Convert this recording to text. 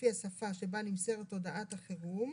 לפי השפה שבה נמסרת הודעת החירום,